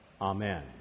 Amen